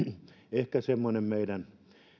ehkä semmoinen meidän